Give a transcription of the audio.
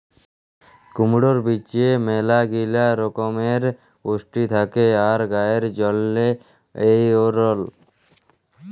কুমড়র বীজে ম্যালাগিলা রকমের পুষ্টি থেক্যে আর গায়ের জন্হে এঔরল